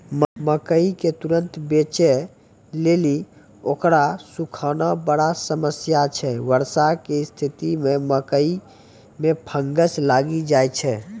मकई के तुरन्त बेचे लेली उकरा सुखाना बड़ा समस्या छैय वर्षा के स्तिथि मे मकई मे फंगस लागि जाय छैय?